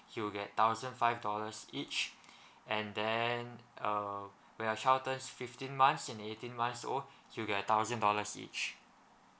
he'll get thousand five dollars each and then uh when your child turns fifteen months and eighteen months old he'll get a thousand dollars each